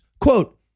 quote